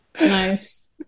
Nice